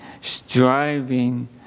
striving